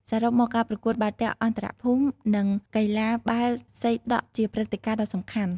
សរុបមក ការប្រកួតបាល់ទះអន្តរភូមិនិងកីឡាបាល់សីដក់ជាព្រឹត្តិការណ៍ដ៏សំខាន់។